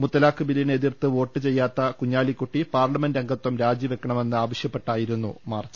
മുത്ത ലാഖ് ബില്ലിനെ എതിർത്ത് വോട്ട് ചെയ്യാത്ത കുഞ്ഞാലിക്കുട്ടി പാർലമെന്റ് അംഗത്വം രാജിവയ്ക്കണമെന്ന് ആവശ്യപ്പെട്ടായിരുന്നു മാർച്ച്